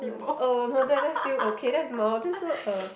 uh oh no that that's still okay that's mild this one uh